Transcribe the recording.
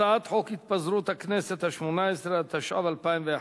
הצעת חוק התפזרות הכנסת השמונה-עשרה, התשע"ב 2011,